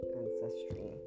ancestry